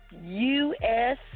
U-S